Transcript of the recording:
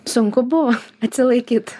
sunku buvo atsilaikyt